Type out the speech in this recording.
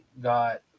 got